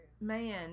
man